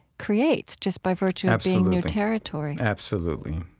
creates just by virtue of being new territory absolutely.